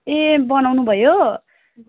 ए बनाउनु भयो